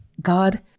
God